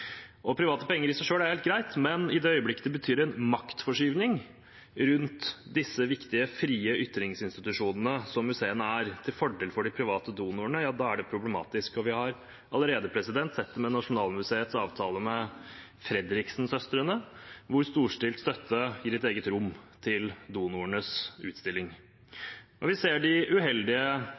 Private penger er i seg selv helt greit, men i det øyeblikket det betyr en maktforskyvning rundt disse viktige frie ytringsinstitusjonene som museene er, til fordel for de private donorene, ja, da er det problematisk. Vi har allerede sett det med Nasjonalmuseets avtale med Fredriksen-søstrene, hvor storstilt støtte gir et eget rom til donorenes utstilling. Vi ser også de uheldige